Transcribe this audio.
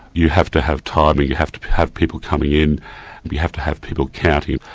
you have to have timing, you have to have people coming in and you have to have people counting.